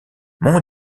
mon